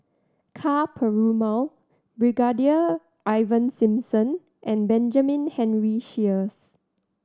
Ka Perumal Brigadier Ivan Simson and Benjamin Henry Sheares